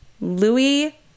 Louis